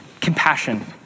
compassion